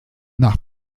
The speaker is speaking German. nach